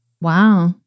Wow